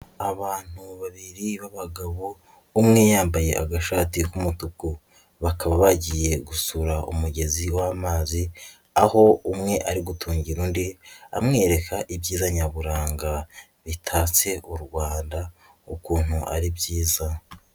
Abantu babiri b'abagabo umwe yambaye agashati k'umutuku, bakaba bagiye gusura umugezi w'amazi, aho umwe ari gutungira undi amwereka ibyiza nyaburanga bitatse u Rwanda ukuntu ari byiza.